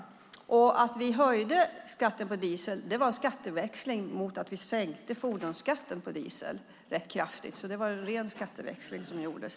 Anledningen till att vi höjde skatten på diesel var att det var fråga om en skatteväxling. I stället sänkte vi fordonsskatten på diesel rätt kraftigt. Det var alltså en ren skatteväxling som gjordes.